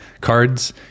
cards